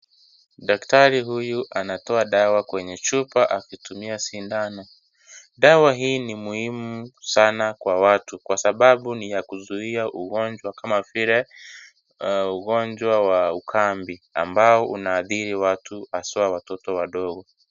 Daktari huyu anatoa dawa kwenye chupa akitumia sindano. Dawa hii ni muhimu sana kwa watu kwa sababu ni ya kuzuia ugonjwa kama vile, ugonjwa wa ukambi ambao unaathiri watu hasa watoto wadogo.